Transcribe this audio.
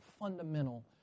fundamental